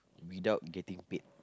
without getting paid